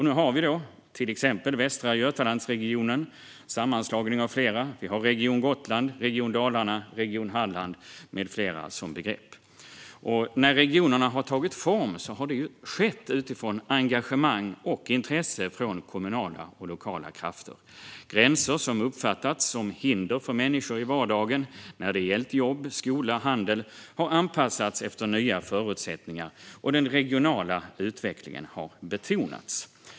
Nu har vi till exempel Västra Götalandsregionen - en sammanslagning av flera - Region Gotland, Region Dalarna och Region Halland med flera. När regionerna har tagit form har det skett utifrån engagemang och intresse från kommunala och lokala krafter. Gränser som uppfattats som hinder för människor i vardagen när det gällt jobb, skola och handel har anpassats efter nya förutsättningar. Den regionala utvecklingen har betonats.